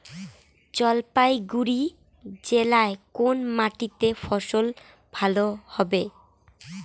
জলপাইগুড়ি জেলায় কোন মাটিতে ফসল ভালো হবে?